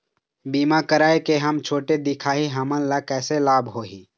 बीमा कराए के हम छोटे दिखाही हमन ला कैसे लाभ होही?